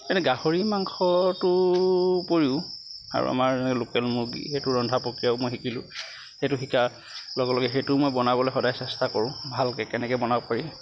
এনেই গাহৰি মাংসটোৰ উপৰিও আৰু আমাৰ লোকেল মুৰ্গী সেইটো ৰন্ধা প্ৰক্ৰিয়াও মই শিকিলোঁ সেইটো শিকাৰ লগে লগে সেইটো বনাবলৈও মই সদায় চেষ্টা কৰোঁ ভালকৈ কেনেকৈ বনাব পাৰি